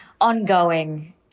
ongoing